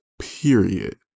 Period